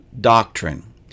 doctrine